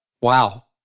Wow